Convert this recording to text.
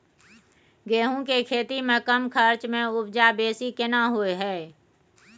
गेहूं के खेती में कम खर्च में उपजा बेसी केना होय है?